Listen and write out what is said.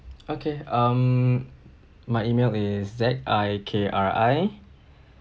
okay um my E-mail is Z I K R I